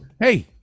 Hey